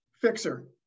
Fixer